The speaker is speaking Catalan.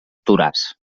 toràs